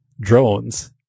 drones